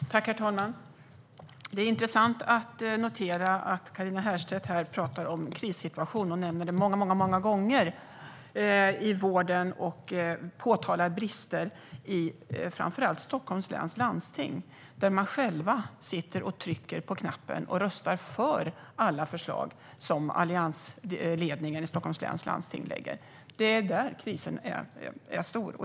Herr talman! Det är intressant att notera att Carina Herrstedt här pratar om krissituation i vården. Hon nämner det många gånger och påtalar brister i framför allt Stockholms läns landsting där de själva sitter och trycker på knappen och röstar för alla förslag som alliansledningen i Stockholms läns landsting lägger fram. Det är där krisen är stor.